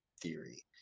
theory